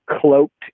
cloaked